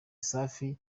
safi